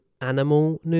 animal